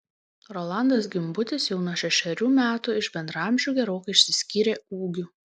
rolandas gimbutis jau nuo šešerių metų iš bendraamžių gerokai išsiskyrė ūgiu